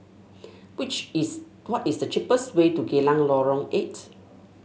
which is what is the cheapest way to Geylang Lorong Eight